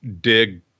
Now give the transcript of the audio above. dig